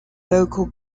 local